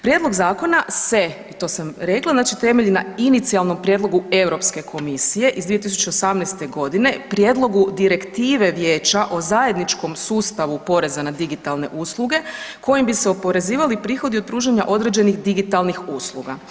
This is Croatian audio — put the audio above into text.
Prijedlog zakona se i to sam rekla, znači temelji na inicijalnom prijedlogu EU komisije iz 2018. g. prijedlogu Direktive Vijeća o zajedničkom sustavu porezna na digitalne usluge, kojim bi se oporezivali prihodi od pružanja određenih digitalnih usluga.